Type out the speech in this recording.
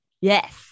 Yes